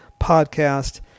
podcast